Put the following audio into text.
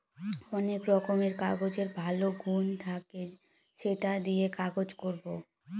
অনেক রকমের কাগজের ভালো গুন থাকে সেটা দিয়ে কাজ করবো